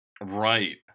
right